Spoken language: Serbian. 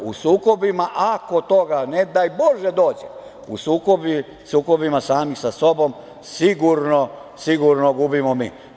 U sukobima, ako do toga, ne daj Bože dođe, u sukobima sami sa sobom sigurno gubimo mi.